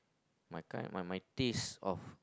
my kind my my taste of